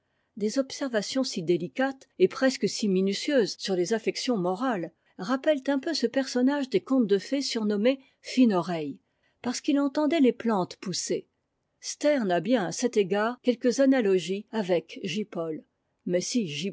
des observations si délicates et presque si minutieuses sur les affections morales rappellent un peu ce personnage des contes de fées surnommé fine oreille parce qu'il entendait les plantes pousser sterne a bien à cet égard quelque analogie avec